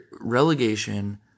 relegation